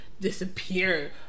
disappear